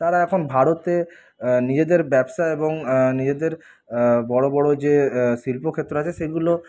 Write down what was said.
তারা এখন ভারতে নিজেদের ব্যবসা এবং নিজেদের বড়ো বড়ো যে শিল্পক্ষেত্র আছে সেগুলো